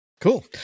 Cool